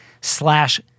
slash